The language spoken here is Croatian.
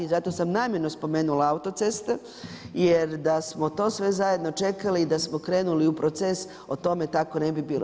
Zato sam namjerno spomenula autoceste, jer da smo to sve zajedno čekali i da smo krenuli u proces o tome tako ne bi bilo.